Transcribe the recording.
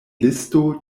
listo